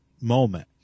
moment